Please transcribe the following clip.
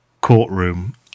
courtroom